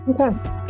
Okay